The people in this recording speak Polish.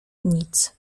nic